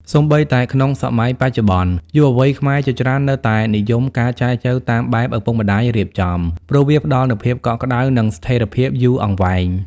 សូម្បីតែក្នុងសម័យបច្ចុប្បន្ន យុវវ័យខ្មែរជាច្រើននៅតែនិយមការចែចូវតាមបែបឪពុកម្ដាយរៀបចំ ព្រោះវាផ្ដល់នូវភាពកក់ក្ដៅ និងស្ថិរភាពយូរអង្វែង។